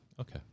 Okay